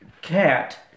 cat